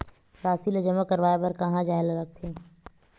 राशि ला जमा करवाय बर कहां जाए ला लगथे